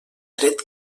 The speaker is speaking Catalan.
tret